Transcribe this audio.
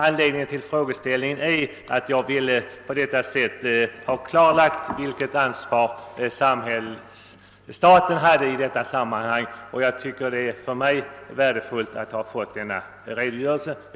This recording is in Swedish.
Anledningen till min fråga var att jag ville få klarlagt vilket ansvar staten hade i detta sammanhang, och det är för mig värdefullt att ha erhållit en redogörelse därför.